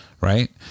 right